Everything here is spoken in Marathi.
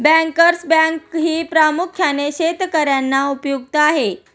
बँकर्स बँकही प्रामुख्याने शेतकर्यांना उपयुक्त आहे